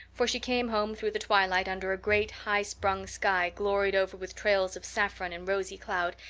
for she came home through the twilight, under a great, high-sprung sky gloried over with trails of saffron and rosy cloud,